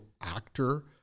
actor